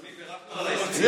אדוני, בירכנו על ההסכם.